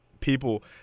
people